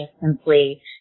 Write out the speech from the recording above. simply